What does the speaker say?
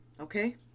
Okay